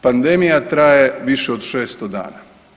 Pandemija traje više od 600 dana.